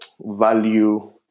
value